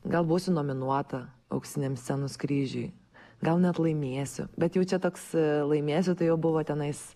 gal būsiu nominuota auksiniam scenos kryžiui gal net laimėsiu bet jau čia toks laimėsiu tai jau buvo tenais